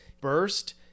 burst